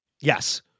Yes